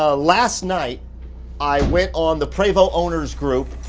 ah last night i went on the prevost owners group,